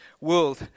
world